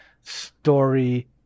story